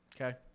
okay